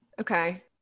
Okay